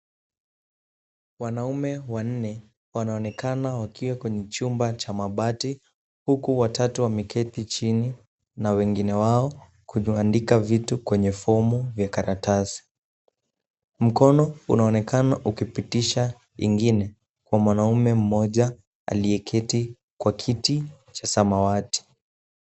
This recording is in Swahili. Wanaume wanne wanaonekana wakiwa kwenye chumba cha mabati huku watatu wameketi chini na wengine wao kuandika vitu kwenye fomu ya karatasi. Mkono unaonekana ukipitisha ingine kwa mwanaume mmoja ukipitisha ingine kwa mwanaume mmoja aliyeketi kwa kiti cha samawati.